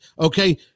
okay